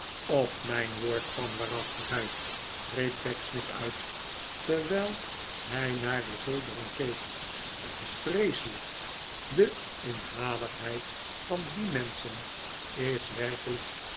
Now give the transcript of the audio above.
op mijn woord van waarachtigheid riep pecksniff uit terwijl hij naar de zoldering keek dat is vreeselijk de inhaligheid van die menschen is werkelijk